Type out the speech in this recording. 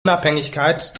unabhängigkeit